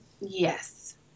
yes